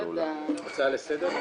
הצבעה בעד, 5 נגד,